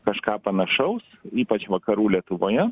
kažką panašaus ypač vakarų lietuvoje